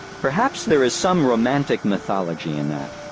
perhaps there is some romantic mythology in that.